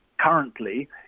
currently